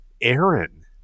Aaron